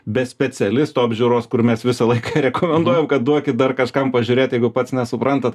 be specialisto apžiūros kur mes visą laiką rekomenduojam kad duokit dar kažkam pažiūrėt jeigu pats nesuprantat